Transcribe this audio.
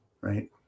Right